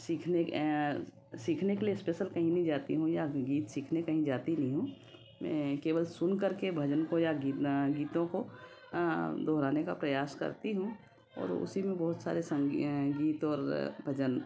सीखने सीखने के लिए स्पेशल कहीं नहीं जाती हूँ या गीत सीखने कहीं जाती नहीं हूँ मैं केवल सुन कर के भजन या गीतों को दोहराने का प्रयास करती हूँ और उसी में बहुत सारे संगीत और भजन